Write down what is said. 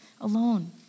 alone